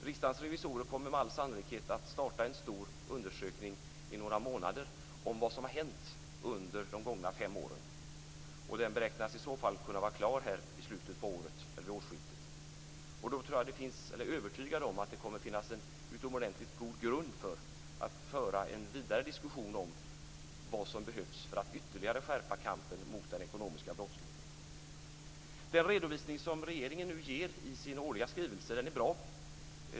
Riksdagens revisorer kommer med all sannolikhet att starta en stor undersökning om vad som har hänt under de gångna fem åren. Den beräknas i så fall vara klar i slutet av året eller vid årsskiftet. Då är jag övertygad om att det kommer att finnas en utomordentligt god grund för att föra en vidare diskussion om vad som behövs för att ytterligare skärpa kampen mot den ekonomiska brottsligheten. Den redovisning som regeringen nu ger i sin årliga skrivelse är bra.